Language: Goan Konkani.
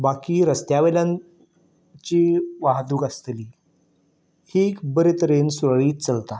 बाकी रस्त्या वेल्यान जी वाहतूक आसतली ही बरी तरेन चलता